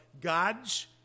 God's